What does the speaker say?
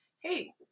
hey